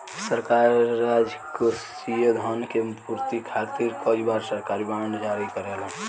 सरकार राजकोषीय धन के पूर्ति खातिर कई बार सरकारी बॉन्ड जारी करेला